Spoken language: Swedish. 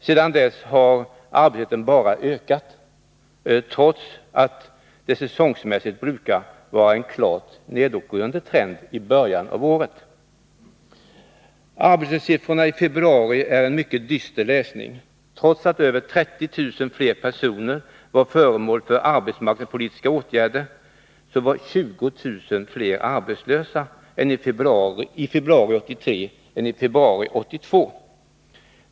Sedan dess har arbetslösheten bara ökat, trots att det säsongmässigt brukar vara en klar nedåtgående trend i början av året. Arbetslöshetssiffrorna för februari är en mycket dyster läsning. Trots att över 30 000 fler personer var föremål för arbetsmarknadspolitiska åtgärder, var 20 000 fler arbetslösa i februari 1983 än i februari 1982.